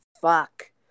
Fuck